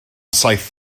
saith